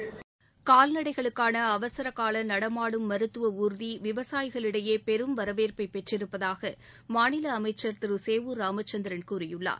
கால்நடைகளுக்கான அவசரகால நடமாடும் மருத்துவ ஊர்தி விவசாயிகளிடையே பெரும் வரவேற்பை பெற்றிருப்பதாக மாநில அமைச்சர் திரு சேவூர் ராமச்சந்திரன் கூறியுள்ளார்